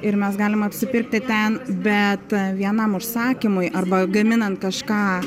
ir mes galim apsipirkti ten bet vienam užsakymui arba gaminant kažką